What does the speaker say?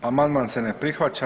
Amandman se ne prihvaća.